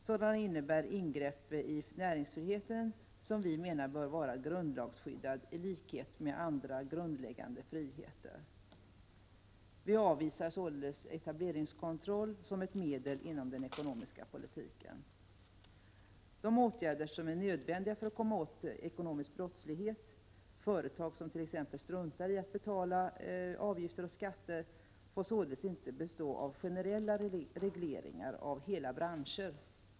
Sådana innebär ingrepp i näringsfriheten, som vi menar bör vara grundlagsskyddad, i likhet med andra grundläggande friheter. Vi avvisar således etableringskontroll som ett medel inom den ekonomiska politiken. De åtgärder som är nödvändiga för att komma åt ekonomisk brottslighet — att företag t.ex. struntar i att betala avgifter och skatter — får således inte bestå av generella regleringar av hela branscher.